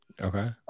Okay